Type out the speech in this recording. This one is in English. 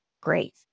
great